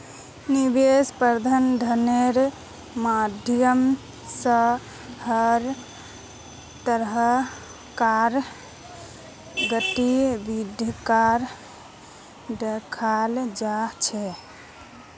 निवेश प्रबन्धनेर माध्यम स हर तरह कार गतिविधिक दखाल जा छ